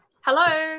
hello